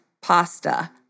pasta